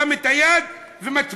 שם את היד ומצביע,